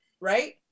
right